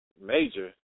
Major